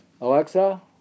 Alexa